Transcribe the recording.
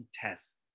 test